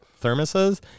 thermoses